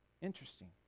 Interesting